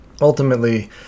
ultimately